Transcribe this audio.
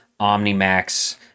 OmniMax